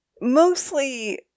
mostly